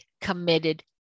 committed